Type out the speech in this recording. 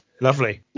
Lovely